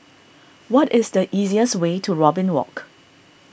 what is the easiest way to Robin Walk